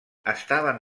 estaven